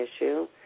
issue